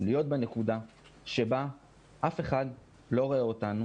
להיות בנקודה בה אף אחד לא רואה אותנו.